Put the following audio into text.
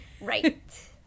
Right